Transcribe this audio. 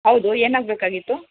ಹೌದು ಏನಾಗಬೇಕಾಗಿತ್ತು